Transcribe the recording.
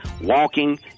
walking